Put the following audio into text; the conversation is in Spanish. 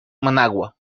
managua